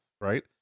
Right